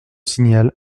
signal